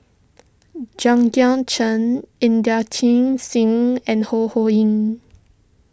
Chen Inderjit Singh and Ho Ho Ying